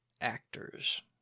actors